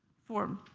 form.